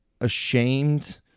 ashamed